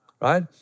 right